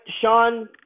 Sean